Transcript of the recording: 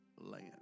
land